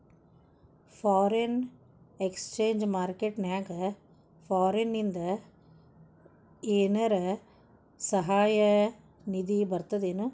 Foreign exchange market ನ್ಯಾಗ ಫಾರಿನಿಂದ ಏನರ ಸಹಾಯ ನಿಧಿ ಬರ್ತದೇನು?